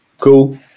cool